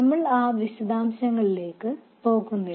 നമ്മൾ ആ വിശദാംശങ്ങളിലേക്ക് പോകുന്നില്ല